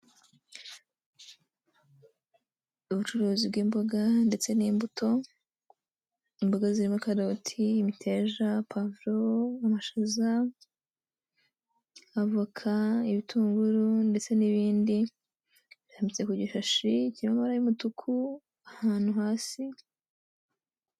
Ubucuruzi bw'imboga ndetse n'imbuto, imboga zirimo karoti, imiteja, pavuro, amashaza, avoka, ibitunguru, ndetse n'ibindi, birambitse ku gishashi kirimo amabara y'umutuku, ahantu hasi.